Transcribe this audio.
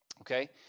okay